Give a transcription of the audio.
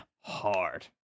hard